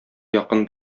якын